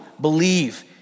believe